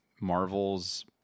Marvel's